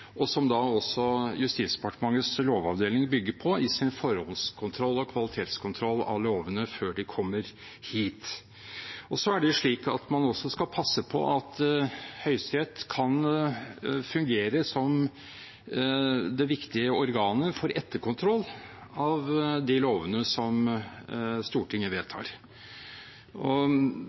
og som også Justisdepartementets lovavdeling bygger på i sin forhåndskontroll og kvalitetskontroll av lovene før de kommer hit. Så er det slik at man også skal passe på at Høyesterett kan fungere som det viktige organet for etterkontroll av de lovene som Stortinget vedtar.